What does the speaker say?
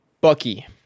Bucky